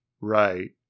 right